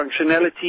functionality